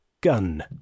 gun